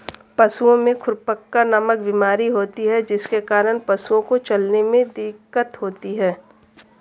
पशुओं में खुरपका नामक बीमारी होती है जिसके कारण पशुओं को चलने में दिक्कत होती है